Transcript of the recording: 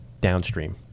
downstream